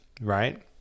right